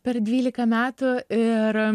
per dvylika metų ir